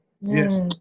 Yes